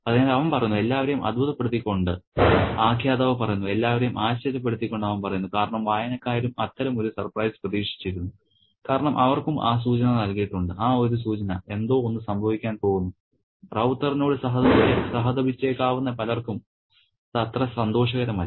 അതിനാൽ അവൻ പറയുന്നു എല്ലാവരെയും അത്ഭുതപ്പെടുത്തിക്കൊണ്ട് ആഖ്യാതാവ് പറയുന്നു എല്ലാവരേയും ആശ്ചര്യപ്പെടുത്തിക്കൊണ്ട് അവൻ പറയുന്നു കാരണം വായനക്കാരും അത്തരമൊരു സർപ്രൈസ് പ്രതീക്ഷിച്ചിരുന്നു കാരണം അവർക്കും ആ സൂചന നൽകിയിട്ടുണ്ട് ആ ഒരു സൂചന എന്തോ ഒന്ന് സംഭവിക്കാൻ പോകുന്നു റൌത്തറിനോട് സഹതപിച്ചേക്കാവുന്ന പലർക്കും അത് അത്ര സന്തോഷകരമല്ല